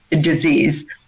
disease